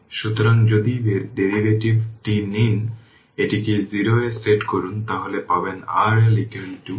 সুতরাং 12 একটি লেখার ত্রুটি